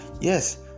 Yes